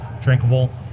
drinkable